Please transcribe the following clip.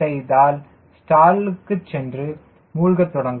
செய்தால் ஸ்டாலுக்குச் சென்று மூழ்கத் தொடங்கும்